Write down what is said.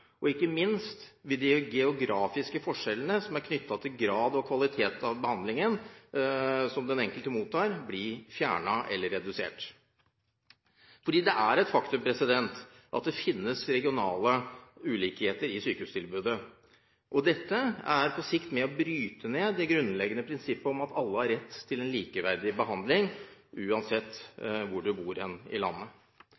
statsråden ikke tror på det. Ikke minst vil de geografiske forskjellene som er knyttet til grad og kvalitet av behandlingen den enkelte mottar, bli fjernet eller redusert. Det er et faktum at det finnes regionale ulikheter i sykehustilbudet. Dette er på sikt med på å bryte ned det grunnleggende prinsippet om at alle har rett til en likeverdig behandling uansett